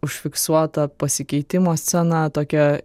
užfiksuota pasikeitimo scena tokia